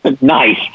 Nice